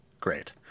Great